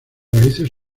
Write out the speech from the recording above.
raíces